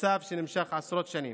מצב שנמשך עשרות שנים.